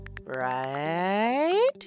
Right